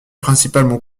principalement